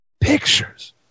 pictures